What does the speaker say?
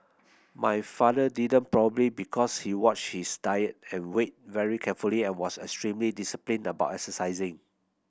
my father didn't probably because he watched his diet and weight very carefully and was extremely disciplined about exercising